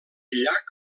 llac